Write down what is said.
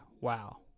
wow